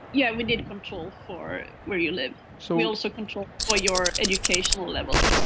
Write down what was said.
yeah we need control for where you live. so we also control for your educational level.